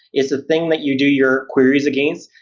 is the thing that you do your queries against,